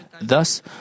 Thus